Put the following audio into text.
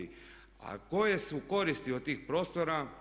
A koje su koristi od tih prostora?